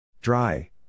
Dry